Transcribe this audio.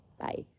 Bye